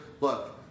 Look